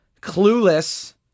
Clueless